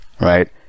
right